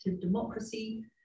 democracy